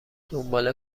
دنبال